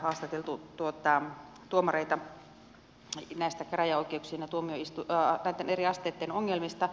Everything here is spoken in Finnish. oli haastateltu tuomareita näistä käräjäoikeuksien ja eri asteitten ongelmista